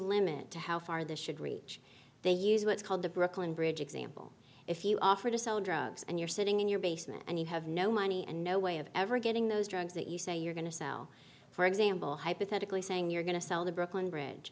limit to how far this should reach they use what's called the brooklyn bridge example if you offer to sell drugs and you're sitting in your basement and you have no money and no way of ever getting those drugs that you say you're going to sell for example hypothetically saying you're going to sell the brooklyn bridge